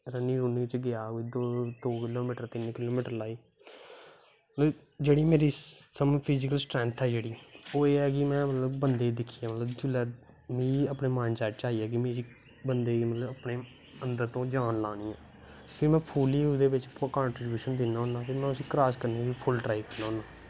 running running च गेआ दौड़ दो किलो मीटर तिन्न किलोमीटर लाई जेह्ड़ी मेरी समझो फिजिकल स्ट्रैंथ ऐ जेह्ड़ी ओह् एह् ऐ कि में मतलब बंदे गी दिक्खियै मतलब जिसलै मिगी अपने माईंडसैट च आईया कि मिगी बंदे गी मतलब अन्दर तों जान लानी ऐ ते में फुल्ली ओह्दे बिच्च कंट्रीब्यूशन दिन्ना होन्ना फिर में उस्सी क्रास करने दी फुल्ल ट्राई करना होन्ना